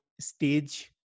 Stage